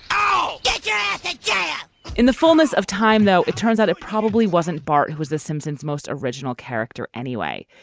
um yeah like yeah in the fullness of time though it turns out it probably wasn't bart who was the simpsons most original character anyway.